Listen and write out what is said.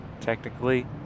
technically